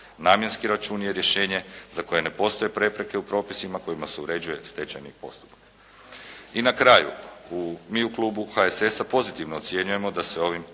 Namjenski račun je rješenje za koje ne postoje prepreke u propisima kojima se uređuje stečajni postupak. I na kraju mi u klubu HSS-a pozitivno ocjenjujemo da se ovim